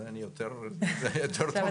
את זה אני --- יותר טוב ממה שחשבתי.